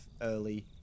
early